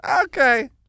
okay